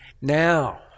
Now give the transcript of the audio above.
Now